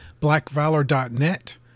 blackvalor.net